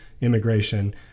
immigration